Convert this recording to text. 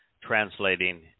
translating